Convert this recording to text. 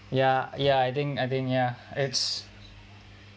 ya ya I think I think ya it's